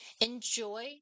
Enjoy